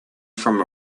from